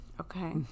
okay